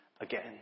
again